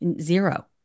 Zero